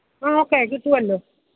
ആ ഓക്കെ കിട്ടുമല്ലോ